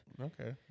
Okay